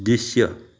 दृश्य